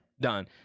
done